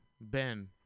Ben